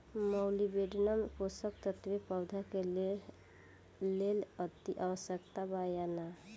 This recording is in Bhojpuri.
मॉलिबेडनम पोषक तत्व पौधा के लेल अतिआवश्यक बा या न?